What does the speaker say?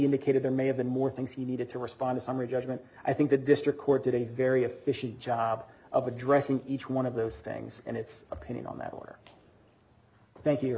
indicated there may have been more things he needed to respond to summary judgment i think the district court did a very efficient job of addressing each one of those things and its opinion on that or thank you